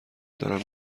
دارم